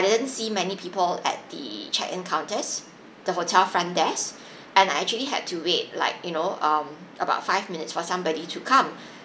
didn't see many people at the check in counters the hotel front desk and I actually had to wait like you know um about five minutes for somebody to come